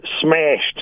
smashed